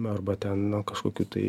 arba ten na kažkokių tai